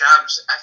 jobs